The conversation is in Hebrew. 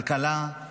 כלכלה,